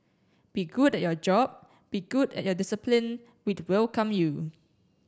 be good at your job be good at your discipline we'd welcome you